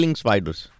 spiders